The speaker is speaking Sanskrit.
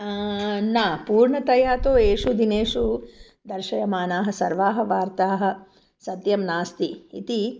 न पूर्णतया तु एषु दिनेषु दर्शयमानाः सर्वाः वार्ताः सत्यं नास्ति इति